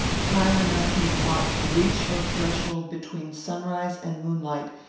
time enough, methought, to reach your threshold between sunrise and moonlight,